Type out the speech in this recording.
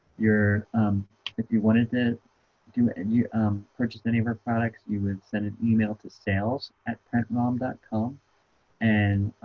your if you wanted to do it um purchased any of our products you would send an email to sales at prentrom um dot com and